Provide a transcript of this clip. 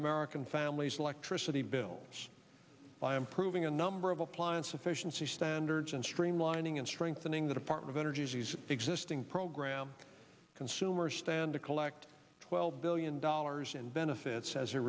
american families electricity bills by improving a number of appliance efficiency standards and streamlining and strengthening the department of energy's existing program consumers stand to collect twelve billion dollars in benefits as a